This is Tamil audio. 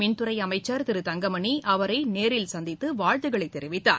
மின்துறை அமைச்சர் திரு பிதங்கமணி அவரை நேரில் சந்தித்து வாழ்த்துக்களை தெரிவித்தார்